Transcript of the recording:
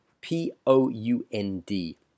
p-o-u-n-d